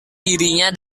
dirinya